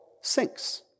sinks